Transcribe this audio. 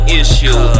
issue